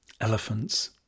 elephants